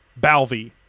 Balvi